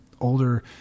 older